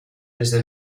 desde